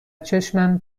چشمم